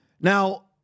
Now